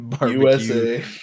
USA